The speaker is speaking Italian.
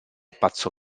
pazzo